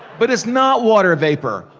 but it's not water vapor.